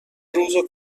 روز